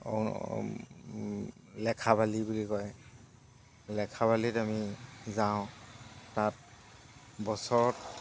লেখাবালি বুলি কয় লেখাবালিত আমি যাওঁ তাত বছৰত